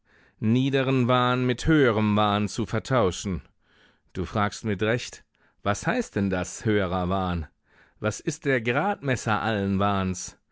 niederen wahn mit höherem wahn zu vertauschen du fragst mit recht was heißt denn das höherer wahn was ist der gradmesser allen wahns